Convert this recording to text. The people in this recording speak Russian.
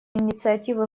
инициативы